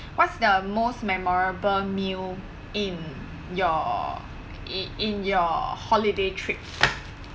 what's the most memorable meal in your in in your holiday trips